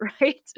right